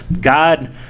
God